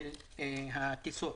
של הטיסות,